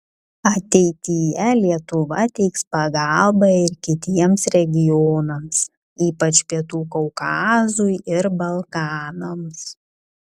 ateityje lietuva teiks pagalbą ir kitiems regionams ypač pietų kaukazui ir balkanams